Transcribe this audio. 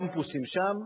בקמפוסים שם.